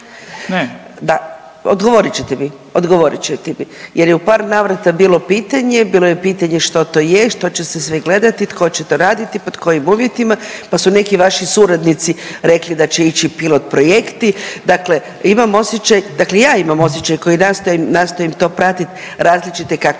pregledi. Odgovorit ćete mi, odgovorit ćete mi, jer je u par navrata bilo pitanje, bilo je pitanje što to je, što će se sve gledati, tko će to raditi, pod kojim uvjetima, pa su neki vaši suradnici rekli da će ići pilot projekti. Dakle, imam osjećaj, dakle ja imam osjećaj koja nastojim to pratiti različite